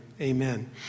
amen